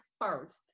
first